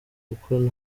kuko